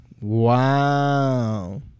Wow